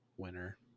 winner